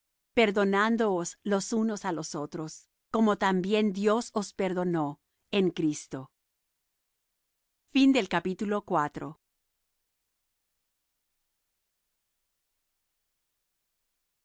perdónandoos los unos á los otros como también dios os perdonó en cristo